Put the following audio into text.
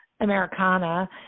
Americana